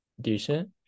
decent